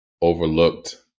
overlooked